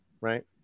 right